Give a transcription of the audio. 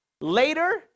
later